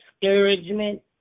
discouragement